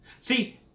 see